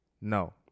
No